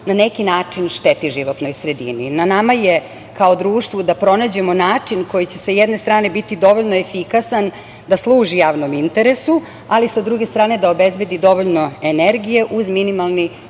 na neki način šteti životnoj sredini. Na nama je kao društvu da pronađemo način koji će, sa jedne strane, biti dovoljno efikasan da služi javnom interesu, ali sa druge strane da obezbedi dovoljno energije uz minimalni